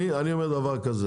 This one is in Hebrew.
אני אומר כך,